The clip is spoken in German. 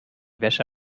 wäsche